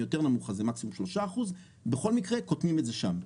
יותר נמוך אז זה מקסימום שלושה אחוז בכל מקרה קוטנים את זה שם.